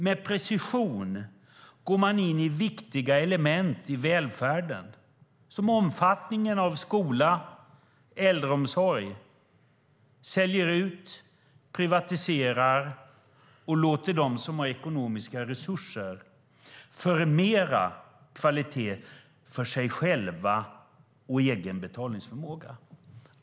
Med precision går man in i viktiga element i välfärden såsom omfattningen av skola och äldreomsorg och säljer ut, privatiserar och låter dem som har ekonomiska resurser förmera kvalitet för sig själva och sin egen betalningsförmåga.